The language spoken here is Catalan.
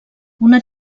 una